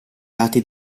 lati